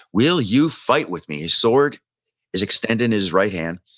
will you fight with me? his sword is extended in his right hand.